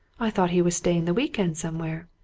i thought he was staying the week-end somewhere.